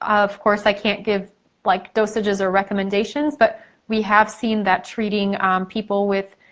of course, i can't give like dosages or recommendations but we have seen that treating people with